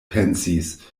pensis